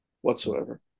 whatsoever